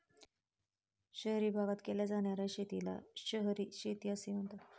शहरी भागात केल्या जाणार्या शेतीला शहरी शेती असे म्हणतात